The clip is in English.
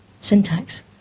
syntax